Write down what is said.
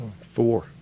Four